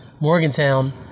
Morgantown